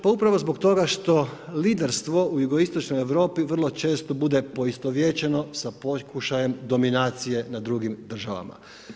Pa upravo zbog toga što liderstvo u jugoistočnoj Europi, vrlo često bude poistovjećeno, sa pokušajem dominacijom na drugim državama.